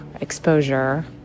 exposure